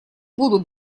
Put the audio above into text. будут